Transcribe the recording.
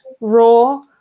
raw